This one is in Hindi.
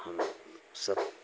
हम सब